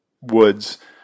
woods